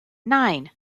nine